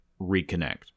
reconnect